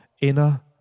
inner